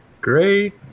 great